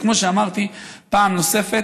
וכמו שאמרתי פעם נוספת,